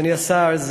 אדוני השר,